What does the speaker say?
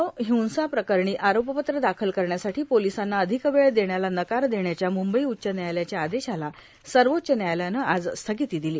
भीमा कोरेगाव हिंसा प्रकरणी आरोपपत्र दाखल करण्यासाठी पोलिसांना अधिक वेळ देण्याला नकार देण्याच्या मुंबई उच्च न्यायालयाच्या आदेशाला सर्वोच्च न्यायालयानं आज स्थगिती दिली